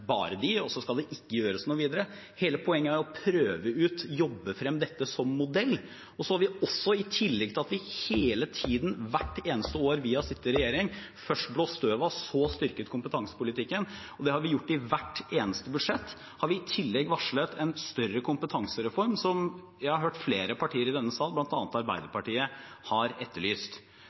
gjøres noe videre. Hele poenget er å prøve ut og jobbe frem dette som modell. I tillegg til at vi hele tiden, hvert eneste år vi har sittet i regjering, først har blåst støvet av og så styrket kompetansepolitikken – det har vi gjort i hvert eneste budsjett – har vi varslet en større kompetansereform som jeg har hørt flere partier i denne sal, bl.a. Arbeiderpartiet, har etterlyst.